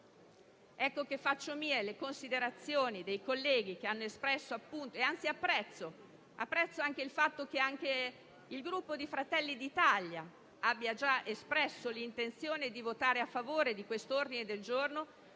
Faccio mie le considerazioni di alcuni colleghi e apprezzo il fatto che anche il Gruppo Fratelli d'Italia abbia già espresso l'intenzione di votare a favore di quest'ordine del giorno,